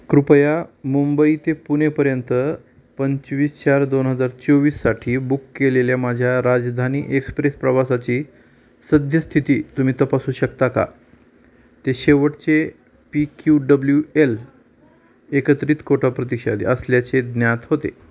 कृपया मुंबई ते पुणेपर्यंत पंचवीस चार दोन हजार चोवीससाठी बुक केलेल्या माझ्या राजधानी एक्सप्रेस प्रवासाची सद्यस्थिती तुम्ही तपासू शकता का ते शेवटचे पी क्यू डब्ल्यू एल एकत्रित कोटा प्रतिसाद असल्याचे ज्ञात होते